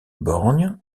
borgne